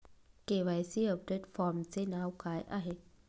KYC update फॉर्मचे नाव काय आहे?